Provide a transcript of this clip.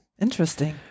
interesting